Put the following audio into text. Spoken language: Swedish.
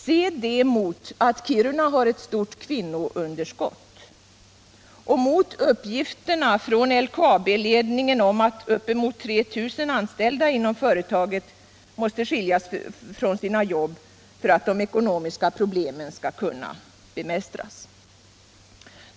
Se det mot Torsdagen den att Kiruna har ett stort kvinnounderskott och mot uppgifterna från 10 november 1977 LKAB-ledningen om att upp emot 3 000 anställda inom företaget måste = skiljas från sina jobb för att de ekonomiska problemen skall kunna be — Jämställdhetsfrågor mästras!